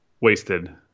wasted